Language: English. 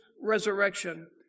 resurrection